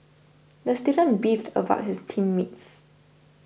the student beefed about his team mates